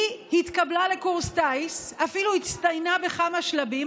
היא התקבלה לקורס טיס, אפילו הצטיינה בכמה שלבים.